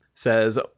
says